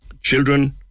children